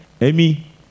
Amy